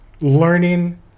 learning